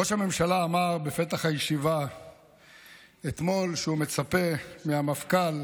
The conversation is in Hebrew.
ראש הממשלה אמר בפתח הישיבה אתמול שהוא מצפה מהמפכ"ל